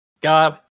God